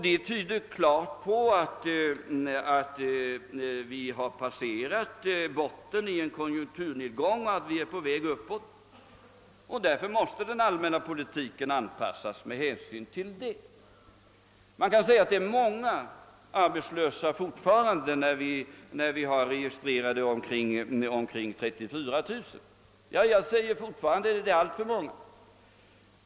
Dessa tyder klart på att botten i en konjunkturnedgång har passerats och att vi är på väg uppåt. Därför måste den allmänna politiken anpassas med hänsyn härtill. Det finns omkring 43 000 registrerade arbetslösa och jag säger fortfarande att det är alltför många.